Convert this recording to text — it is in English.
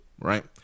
Right